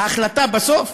ההחלטה בסוף,